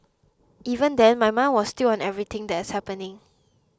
even then my mind was still on everything that is happening